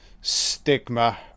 stigma